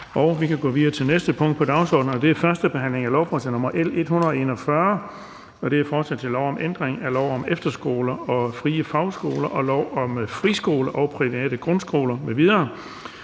er vedtaget. --- Det næste punkt på dagsordenen er: 4) 1. behandling af lovforslag nr. L 141: Forslag til lov om ændring af lov om efterskoler og frie fagskoler og lov om friskoler og private grundskoler m.v.